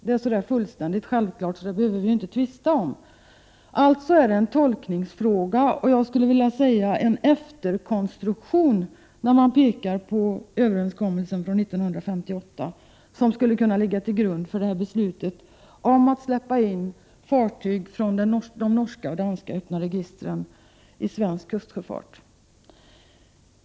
Det är så fullständigt självklart att vi inte behöver tvista om det. Alltså är detta en tolkningsfråga. Jag skulle vilja säga att det är en efterkonstruktion när man pekar på överenskommelsen från 1958, som skulle kunna ligga till grund för beslutet om att släppa in fartyg från de norska och danska öppna registren i svensk kustsjöfart.